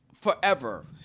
forever